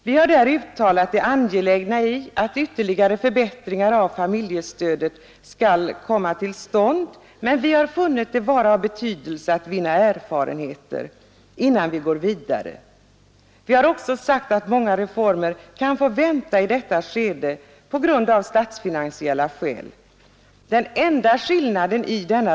Vi har där uttalat det angelägna i ytterligare förbättringar av familjestödet men har i detta sammanhang funnit att det är av stor betydelse att vinna erfarenheter av de reformer som nu genomförs innan man går vidare. Vi har också sagt att i detta skede många reformer kan få vänta av statsfinansiella skäl.